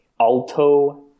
Alto